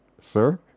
sir